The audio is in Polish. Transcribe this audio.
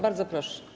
Bardzo proszę.